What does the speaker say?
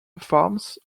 farms